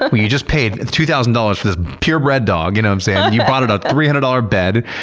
but but you just paid two thousand dollars for this purebred dog, and um so yeah you bought it a three hundred dollars bed,